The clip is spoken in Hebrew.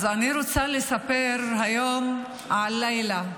אז אני רוצה לספר היום על לילה,